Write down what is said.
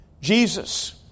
Jesus